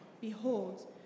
Behold